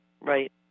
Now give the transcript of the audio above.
Right